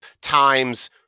times